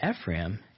Ephraim